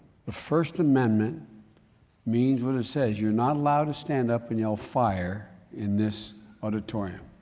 the first amendment means what it says. you're not allowed to stand up and yell fire in this auditorium.